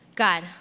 God